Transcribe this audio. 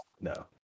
no